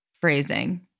phrasing